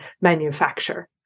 manufacture